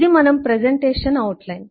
ఇది మన మన ప్రెసెంటేషన్ అవుట్ లైన్